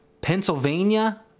pennsylvania